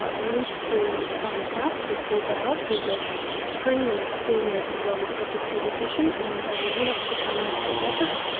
ah went to parliament house with paul bauert who is an ah extremely senior and well respected paediatrician, and they went up to the prime minister's office,